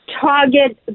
Target